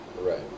Right